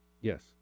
Yes